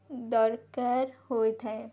ଦରକାର୍ ହୋଇଥାଏ